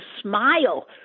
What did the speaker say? smile